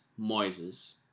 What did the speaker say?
Moises